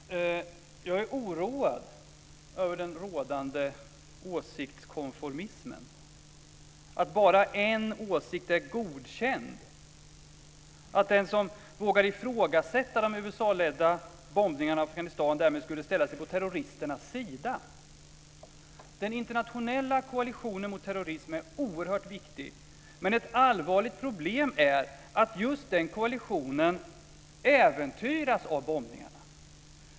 Herr talman! Jag är oroad över den rådande åsiktiktskonformismen, att bara en åsikt är godkänd och att den som vågar ifrågasätta de USA-ledda bombningarna av Afghanistan därmed skulle ställa sig på terroristernas sida. Den internationella koalitionen mot terrorism är oerhört viktig. Men ett allvarligt problem är att just den koalitionen äventyras av bombningarna.